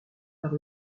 par